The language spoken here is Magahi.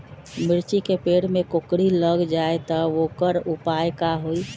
मिर्ची के पेड़ में कोकरी लग जाये त वोकर उपाय का होई?